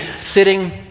sitting